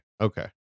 okay